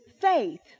faith